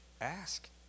ask